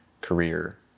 career